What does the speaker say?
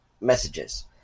messages